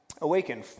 Awaken